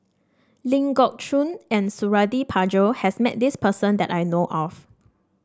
Ling Geok Choon and Suradi Parjo has met this person that I know of